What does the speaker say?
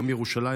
יום ירושלים,